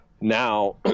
now